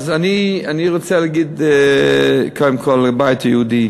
אני רוצה להגיד, קודם כול לבית היהודי,